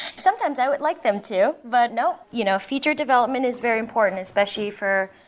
sometimes i would like them to, but no. you know feature development is very important especially for,